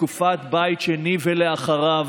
בתקופת בית שני ואחריו.